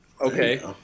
Okay